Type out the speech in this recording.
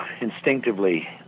instinctively